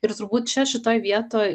ir turbūt čia šitoj vietoj